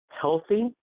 healthy